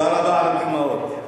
תודה רבה על המחמאות.